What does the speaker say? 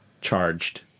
charged